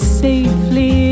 safely